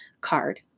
card